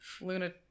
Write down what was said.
Luna